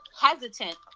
hesitant